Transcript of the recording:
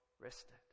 rested